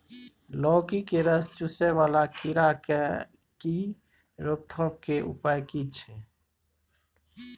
लौकी के रस चुसय वाला कीरा की रोकथाम के उपाय की छै?